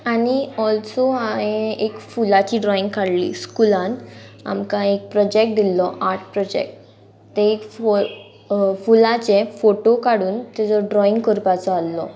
आनी ऑल्सो हांयेन एक फुलाची ड्रॉइंग काडली स्कुलान आमकां एक प्रोजेक्ट दिल्लो आर्ट प्रोजेक्ट ते एक फो फुलाचे फोटो काडून तेजो ड्रॉइंग करपाचो आहलो